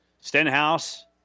Stenhouse